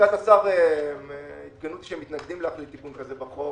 הביטוח הלאומי (נוסח משולב),